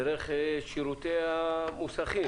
דרך שירותי המוסכים